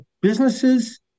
businesses